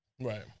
Right